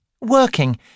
Working